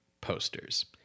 posters